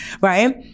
right